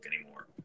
anymore